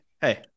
Hey